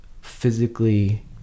physically